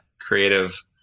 creative